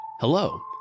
Hello